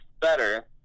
better